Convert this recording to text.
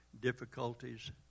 difficulties